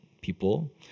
People